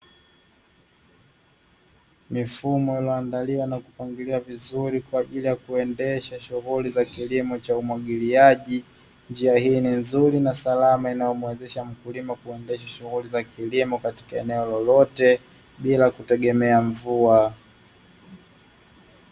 Mifumo iliyo andaliwa na kupangiliwa vizuri kwa ajili ya kuendesha shughuli za kilimo cha umwagiliaji, njia hii ni nzuri na salama inayo mwezesha Mkulima kuendesha shuguli za kilimo katika eneo lolote bila kutegemea mvua.